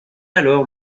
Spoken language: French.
alors